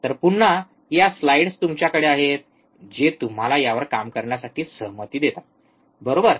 तर पुन्हा या स्लाइड्स तुमच्याकडे आहेत जे तुम्हाला यावर काम करण्यासाठी सहमती देतात बरोबर